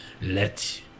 let